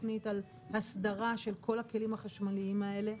תכנית על הסדרה של כל הכלים החשמליים האלה,